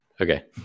Okay